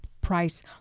price